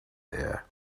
there